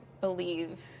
believe